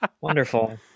wonderful